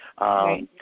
right